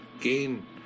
Gain